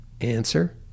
Answer